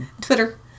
Twitter